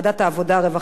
הרווחה והבריאות.